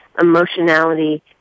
emotionality